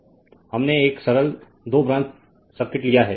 Refer Slide Time 0021 हमने एक सरल दो ब्रांच सर्किट लिया है